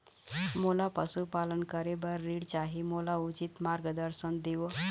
मोला पशुपालन करे बर ऋण चाही, मोला उचित मार्गदर्शन देव?